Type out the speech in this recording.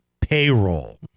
payroll